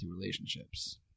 relationships